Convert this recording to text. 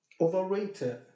overrated